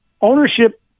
ownership